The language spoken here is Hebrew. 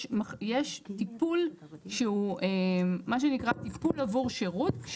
יש טיפול שהוא מה שנקרא טיפול עבור שירות.